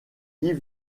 yves